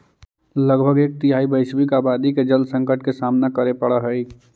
लगभग एक तिहाई वैश्विक आबादी के जल संकट के सामना करे पड़ऽ हई